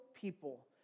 people